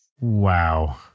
Wow